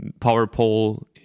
PowerPole